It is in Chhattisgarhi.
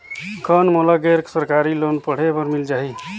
कौन मोला गैर सरकारी लोन पढ़े बर मिल जाहि?